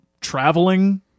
traveling